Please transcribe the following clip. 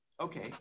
okay